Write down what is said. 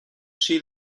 she